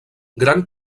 gran